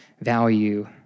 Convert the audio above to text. value